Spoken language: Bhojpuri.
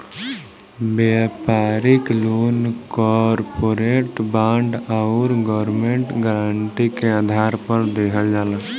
व्यापारिक लोन कॉरपोरेट बॉन्ड आउर गवर्नमेंट गारंटी के आधार पर दिहल जाला